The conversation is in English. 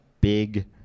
big